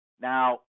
Now